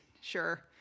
sure